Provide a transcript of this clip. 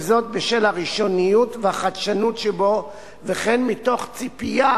וזאת בשל הראשוניות והחדשנות שבו וכן מתוך ציפייה